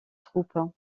troupes